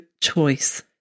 choice